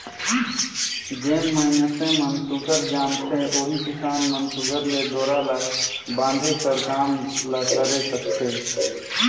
जेन मइनसे मन सुग्घर जानथे ओही किसान मन सुघर ले डोरा ल बांधे कर काम ल करे सकथे